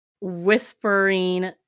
whispering